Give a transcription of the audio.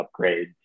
upgrades